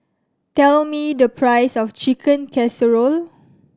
tell me the price of Chicken Casserole